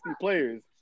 players